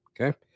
Okay